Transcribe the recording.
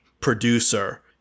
producer